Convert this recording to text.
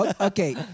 Okay